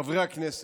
חברי הכנסת,